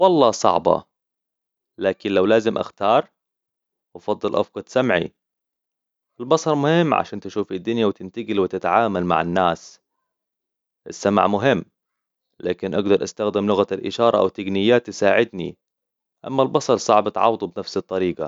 والله صعبة لكن لو لازم أختار أفضل أفقد سمعي. البصر مهم عشان تشوف الدنيا وتنتقل وتتعامل مع الناس السمع مهم لكن أقدر أستخدم لغة الإشارة أو تقنيات تساعدني أما البصر صعب تعوضه بنفس الطريقة